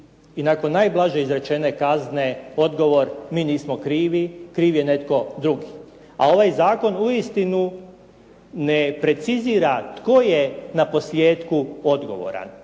i nakon najblaže izrečene kazne odgovor mi nismo krivi, kriv je netko drugi. A ovaj zakon uistinu ne precizira tko je na posljetku odgovoran.